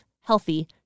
healthy